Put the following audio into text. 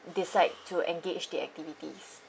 decide to engage the activities